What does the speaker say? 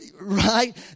Right